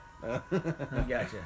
Gotcha